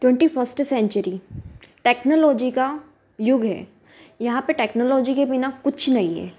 twenty first century technology का युग है यहाँ पर टेक्नोलॉजी के बिना कुछ नहीं है